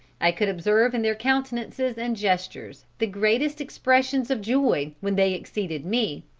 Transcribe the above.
i could observe in their countenances and gestures, the greatest expressions of joy when they exceeded me,